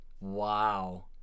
Wow